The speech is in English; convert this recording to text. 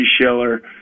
Schiller